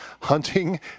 hunting